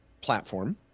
platform